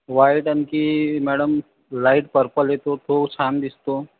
white आणखी madam light purple येतो तो छान दिसतो